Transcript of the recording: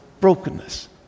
brokenness